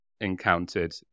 encountered